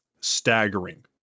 staggering